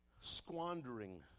Squandering